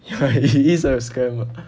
ya he is a scam ah